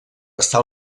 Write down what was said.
està